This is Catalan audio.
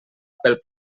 pel